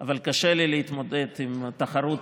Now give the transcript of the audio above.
אבל קשה לי להתמודד עם תחרות